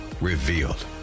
Revealed